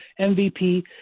MVP